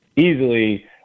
easily